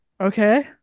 okay